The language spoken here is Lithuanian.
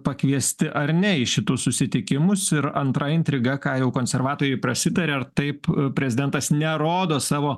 pakviesti ar ne į šitus susitikimus ir antra intriga ką jau konservatoriai prasitaria ar taip prezidentas nerodo savo